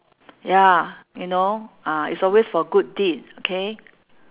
ya you know uh it's always for good deed okay